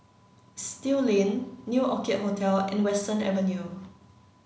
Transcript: Still Lane New Orchid Hotel and Western Avenue